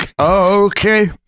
Okay